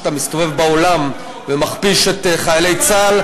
כשאתה מסתובב בעולם ומכפיש את חיילי צה"ל,